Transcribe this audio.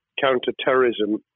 counter-terrorism